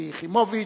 שלי יחימוביץ,